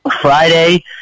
Friday